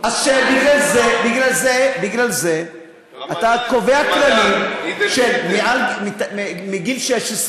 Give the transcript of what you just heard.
בגלל זה אתה קובע כללים שהם מגיל 16,